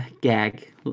gag